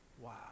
Wow